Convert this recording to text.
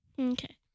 Okay